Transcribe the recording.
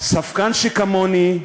ספקן שכמוני,